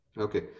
Okay